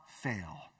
fail